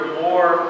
more